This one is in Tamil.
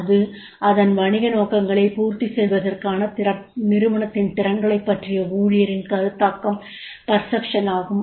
இது அதன் வணிக நோக்கங்களை பூர்த்தி செய்வதற்கான நிறுவனத்தின் திறன்களைப் பற்றிய ஊழியரின் கருத்தாக்கம் ஆகும்